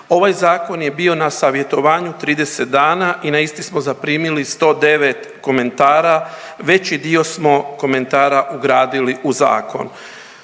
Ovaj zakon je bio na savjetovanju 30 dana i na isti smo zaprimili 109 komentara. Veći dio smo komentara ugradili u zakon.